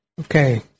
Okay